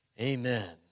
Amen